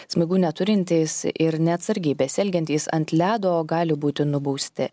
smaigų neturintys ir neatsargiai besielgiantys ant ledo gali būti nubausti